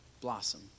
blossom